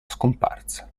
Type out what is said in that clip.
scomparsa